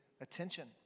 attention